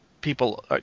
People